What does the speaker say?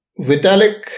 Vitalik